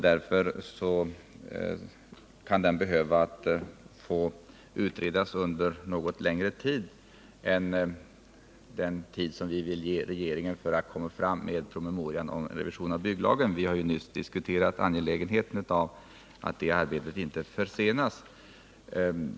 Därför kan frågan behöva utredas under längre tid än den tid regeringen har för att komma fram med promemorian om en revision av bygglagen — vi har ju nyss diskuterat angelägenheten av att det arbetet inte försenas.